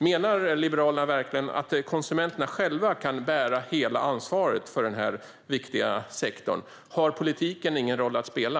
Menar Liberalerna verkligen att konsumenterna själva kan bära hela ansvaret för den här viktiga sektorn? Har politiken ingen roll att spela?